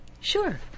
Sure